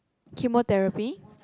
chemotherapy